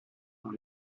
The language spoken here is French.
dans